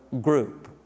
group